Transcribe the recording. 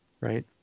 Right